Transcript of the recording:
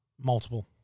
Multiple